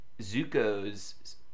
Zuko's